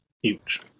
Huge